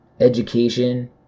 Education